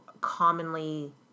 commonly